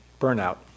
burnout